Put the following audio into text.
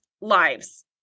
lives